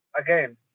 again